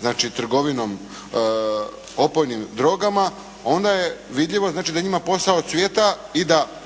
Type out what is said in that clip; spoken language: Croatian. znači trgovinom opojnim drogama onda je vidljivo da njima posao cvijeta i da